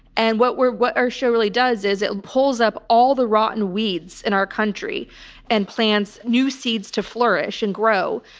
and what we're, what our show really does is it pulls up all the rotten weeds in our country and plants new seeds to flourish and grow.